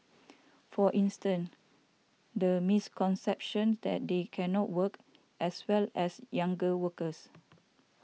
for instance the misconception that they cannot work as well as younger workers